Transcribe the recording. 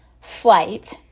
flight